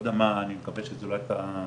אתה מסכים איתי,